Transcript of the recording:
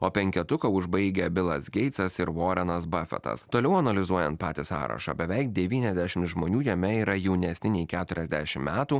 o penketuką užbaigia bilas geitsas ir voranas bafetas toliau analizuojant patį sąrašą beveik devyniasdešimt žmonių jame yra jaunesni nei keturiasdešim metų